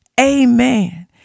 Amen